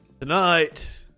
tonight